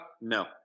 no